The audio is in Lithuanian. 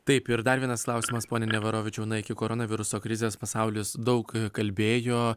taip ir dar vienas klausimas pone neverovičiau na iki koronaviruso krizės pasaulis daug kalbėjo